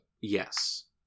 Yes